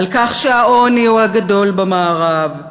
על כך שהעוני הוא הגדול במערב,